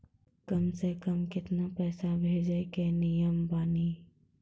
कम से कम केतना पैसा भेजै के नियम बानी?